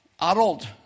adult